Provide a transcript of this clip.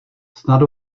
snad